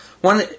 One